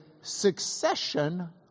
succession